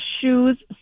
shoes